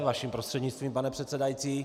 Vaším prostřednictvím, pane předsedající.